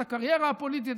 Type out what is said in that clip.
את הקריירה הפוליטית,